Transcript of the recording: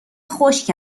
خشک